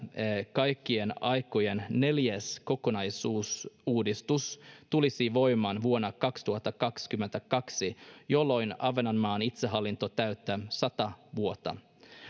kaikkien aikojen neljäs kokonaisuudistus tulisi voimaan vuonna kaksituhattakaksikymmentäkaksi jolloin ahvenanmaan itsehallinto täyttää sata vuotta